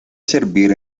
servir